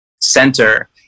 center